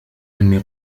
أني